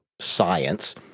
Science